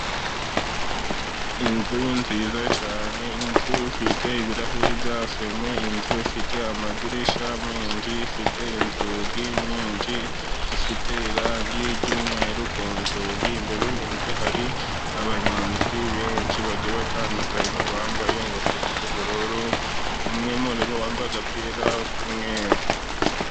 Inzu nziza cyane, inzu ifite ibirahuri bya fime inzu ifite amadirishya menshi, ifite inzugi nyinshi ifite irangi ry'umweru, ku nzugi imbere y'inzu hari abanyonzi benshi bagiye batandukanye, bambaye ingofero z'ubururu, umwe muri bo yambaye agapira k'umweru.